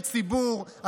הציבור,